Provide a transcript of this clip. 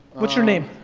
what's your name?